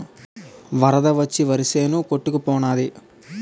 వరద వచ్చి వరిసేను కొట్టుకు పోనాది